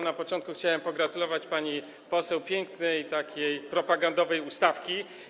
Na początku chciałem pogratulować pani poseł takiej pięknej, propagandowej ustawki.